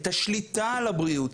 את השליטה על הבריאות,